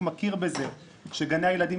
זה הנטל שיורד מההורים.